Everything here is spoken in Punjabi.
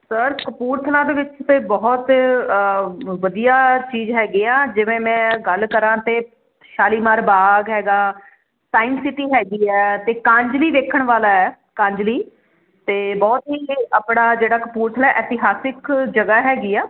ਸਰ ਕਪੂਰਥਲਾ ਦੇ ਵਿੱਚ ਤੇ ਬਹੁਤ ਵਧੀਆ ਚੀਜ਼ ਹੈਗੀ ਆ ਜਿਵੇਂ ਮੈਂ ਗੱਲ ਕਰਾਂ ਤੇ ਸ਼ਾਲੀਮਾਰ ਬਾਗ ਹੈਗਾ ਟਾਈਮ ਸਿਟਿੰਗ ਹੈਗੀ ਆ ਤੇ ਕਾਂਜਲੀ ਵੇਖਣ ਵਾਲਾ ਕਾਂਜਲੀ ਤੇ ਬਹੁਤ ਹੀ ਆਪਣਾ ਜਿਹੜਾ ਕਪੂਰਥਲਾ ਇਤਿਹਾਸਿਕ ਜਗਹਾ ਹੈਗੀ ਆ